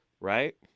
right